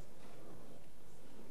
חבר הכנסת בר-און, אתה תשיב כמובן,